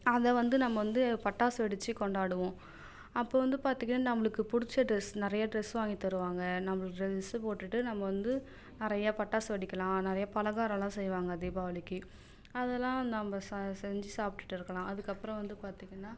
அதை வந்து நம்ம வந்து பட்டாசு வெடிச்சு கொண்டாடுவோம் அப்போது வந்து பார்த்தீங்கன்னா நம்மளுக்கு பிடிச்ச ட்ரெஸ் நிறையா ட்ரெஸ் வாங்கித் தருவாங்கள் நம்ம ட்ரெஸ்ஸு போட்டுகிட்டு நம்ம வந்து நிறையா பட்டாசு வெடிக்கலாம் நிறையா பலகாரமெலாம் செய்வாங்க தீபாவளிக்கு அதெல்லாம் நம்ம சா செஞ்சு சாப்ட்டுவிட்டு இருக்கலாம் அதுக்கப்புறம் வந்து பார்த்தீங்கன்னா